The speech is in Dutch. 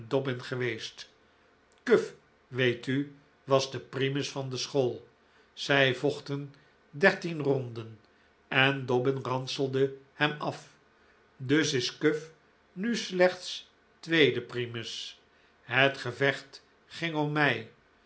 geweest cuff weet u was de primus van de school zij vochten dertien ronden en dobbin ranselde hem af dus is cuff nu slechts tweede primus het gevecht ging om mij